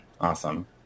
Awesome